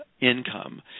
income